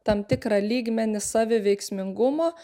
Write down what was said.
tam tikrą lygmenį saviveiksmingumo